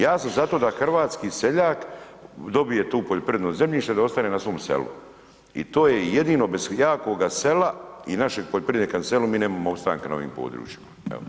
Ja sam za to da hrvatski seljak dobije tu poljoprivredno zemljište da ostane na svom selu i to je jedino, bez jakoga sela i našeg poljoprivrednika na selu mi nemamo opstanka na ovim područjima.